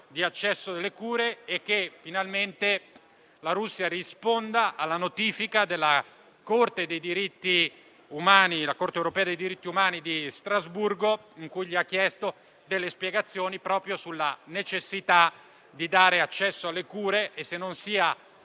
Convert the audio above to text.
accedere alle cure, perché finalmente la Russia risponda alla notifica della Corte europea dei diritti umani di Strasburgo, in cui le vengono chieste spiegazioni proprio sulla necessità di dare accesso alle cure, e se non sia